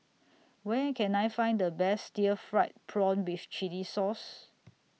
Where Can I Find The Best Stir Fried Prawn with Chili Sauce